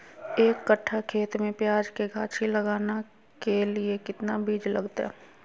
एक कट्ठा खेत में प्याज के गाछी लगाना के लिए कितना बिज लगतय?